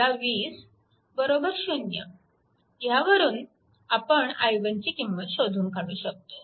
20 0 ह्यावरून आपण i1 ची किंमत शोधून काढू शकतो